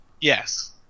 Yes